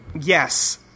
yes